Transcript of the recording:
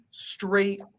Straight